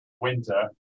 winter